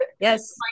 Yes